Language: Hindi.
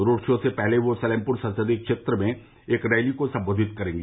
रोड शो से पहले वह सलेमप्र संसदीय क्षेत्र में एक रैली को संबोधित भी करेंगी